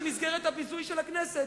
במסגרת הביזוי של הכנסת,